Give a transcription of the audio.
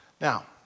Now